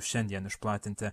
šiandien išplatinti